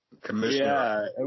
Commissioner